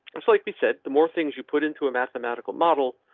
it's like we said, the more things you put into a mathematical model,